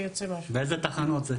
באיזה תחנות זה?